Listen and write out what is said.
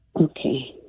Okay